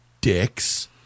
dicks